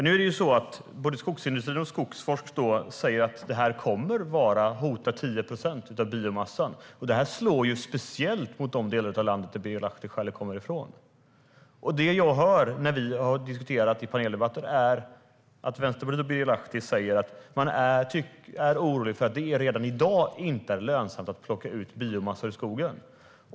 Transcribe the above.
Herr talman! Både skogsindustrin och Skogforsk säger att det kommer att hota 10 procent av biomassan. Det slår speciellt mot de delar av landet som Birger Lahti själv kommer ifrån. Det jag hör när vi har diskuterat i paneldebatter är att Vänsterpartiet och Birger Lahti säger att de är oroliga för att det redan i dag inte är lönsamt att plocka ut biomassa ur skogen.